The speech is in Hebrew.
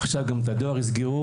עכשיו גם את הדואר יסגרו.